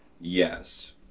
yes